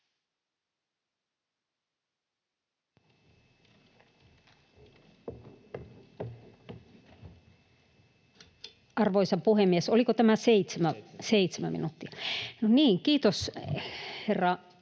Arvoisa puhemies, oliko tämä seitsemän minuuttia?] — Seitsemän.